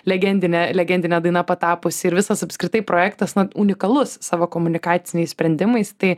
legendinė legendinė daina patapusi ir visas apskritai projektas unikalus savo komunikaciniais sprendimais tai